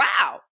wow